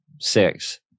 six